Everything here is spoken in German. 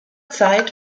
zeit